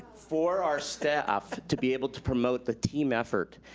for our staff to be able to promote the team effort.